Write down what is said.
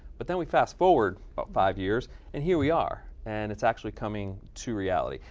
but then we fast-forward about five years and here we are. and it's actually coming to reality.